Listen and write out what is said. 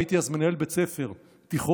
הייתי אז מנהל בית ספר תיכון,